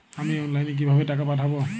আমি অনলাইনে কিভাবে টাকা পাঠাব?